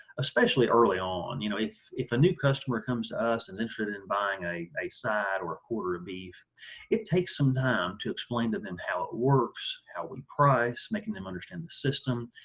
especially early on you know if if a new customer comes to us is interested in buying a a side or a quarter of beef it takes some time to explain to them how it works, how we price, making them understand system,